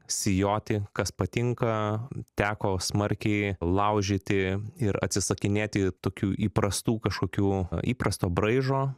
sijoti kas patinka teko smarkiai laužyti ir atsisakinėti tokių įprastų kažkokių įprasto braižo